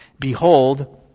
behold